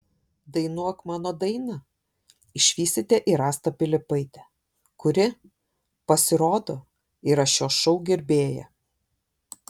dainuok mano dainą išvysite ir astą pilypaitę kuri pasirodo yra šio šou gerbėja